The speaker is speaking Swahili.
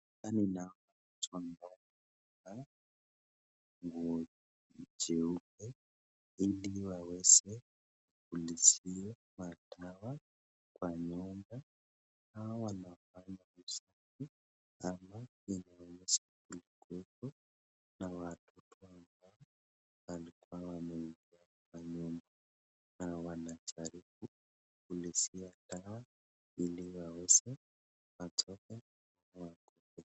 na chombo. nguo nyeupe ili waweze kulishia matawa kwa nyumba. Hawa wanafanya usafi ama inaonyesha kuna gogo na watoto wao ambao walikuwa wameingia kwa nyumba. Na wanajaribu kulishia taa ili waweze watoke kwa nyumba.